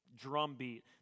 drumbeat